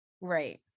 Right